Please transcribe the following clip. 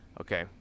Okay